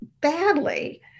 badly